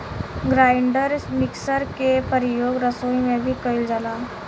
grinder mixer के परियोग रसोई में भी कइल जाला